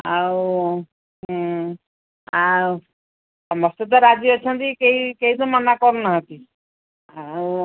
ଆଉ ଆଉ ସମସ୍ତେ ତ ରାଜି ଅଛନ୍ତି କେହି କେହି ତ ମନା କରୁନାହାନ୍ତି ଆଉ